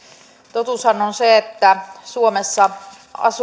totuushan on se että suomessa